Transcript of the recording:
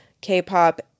K-pop